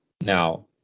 Now